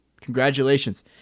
Congratulations